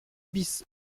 bis